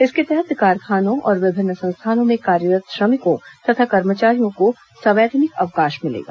इसके तहत कारखानों और विभिन्न संस्थानों में कार्यरत् श्रमिकों तथा कर्मचारियों को सवैतनिक अवकाश मिलेगा